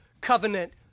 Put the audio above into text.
covenant